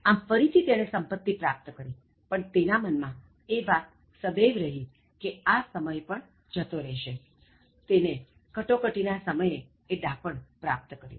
આમ ફરીથી તેણે સંપત્તિ પ્રાપ્ત કરી પણ તેના મનમાં એ વાત સદૈવ રહી કે આ સમય પણ જતો રહેશે તેને કટોક્ટીના સમયે એ ડહાપણ પ્રાપ્ત કર્યું